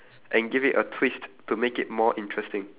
and give it a twist to make it more interesting